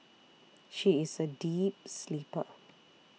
she is a deep sleeper